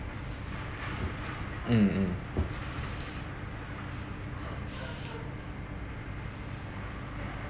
mm mm